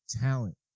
talent